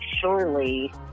surely